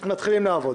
לנושא הבא